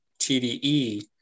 TDE